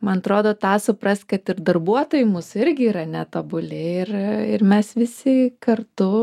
man atrodo tą supras kad ir darbuotojai mūsų irgi yra netobuli ir ir mes visi kartu